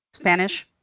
spanish,